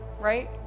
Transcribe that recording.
right